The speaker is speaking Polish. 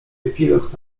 epilog